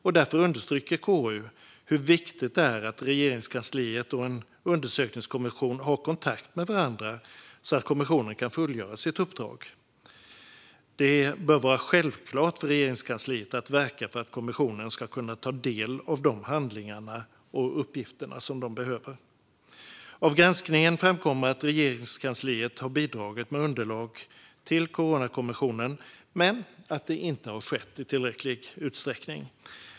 KU understryker därför hur viktigt det är att Regeringskansliet och en undersökningskommission har kontakt med varandra så att kommissionen kan fullgöra sitt uppdrag. Det bör vara självklart i Regeringskansliet att verka för att kommissionen ska kunna ta del av de handlingar och uppgifter som den behöver. Av granskningen framkommer att Regeringskansliet har bidragit med underlag till Coronakommissionen men att det inte har skett i tillräcklig utsträckning.